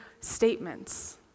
statements